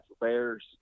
bears